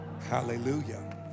hallelujah